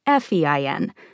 FEIN